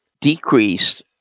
decreased